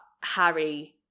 Harry